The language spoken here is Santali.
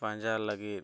ᱯᱟᱸᱡᱟ ᱞᱟᱹᱜᱤᱫ